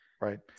Right